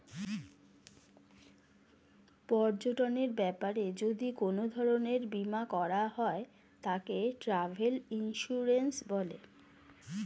পর্যটনের ব্যাপারে যদি কোন ধরণের বীমা করা হয় তাকে ট্র্যাভেল ইন্সুরেন্স বলে